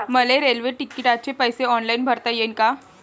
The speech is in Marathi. मले रेल्वे तिकिटाचे पैसे ऑनलाईन भरता येईन का?